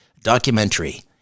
documentary